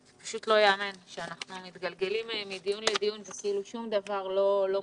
פשוט לא ייאמן שאנחנו מתגלגלים מדיון לדיון וכאילו שום דבר לא מוטמע.